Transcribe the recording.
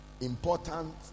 important